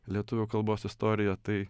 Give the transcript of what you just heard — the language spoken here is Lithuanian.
lietuvių kalbos istoriją tai